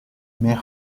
mais